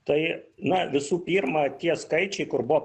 tai na visų pirma tie skaičiai kur buvo